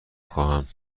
خواهم